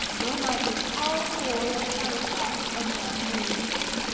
no matter how poor a telepath a man may be,